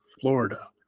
Florida